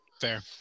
Fair